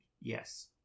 Yes